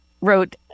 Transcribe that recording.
wrote